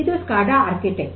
ಇದು ಸ್ಕಾಡಾ ದ ವಾಸ್ತುಶಿಲ್ಪ